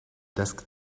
desk